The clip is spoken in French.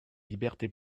libertés